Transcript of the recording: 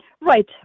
Right